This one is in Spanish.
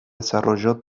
desarrolló